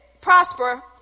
Prosper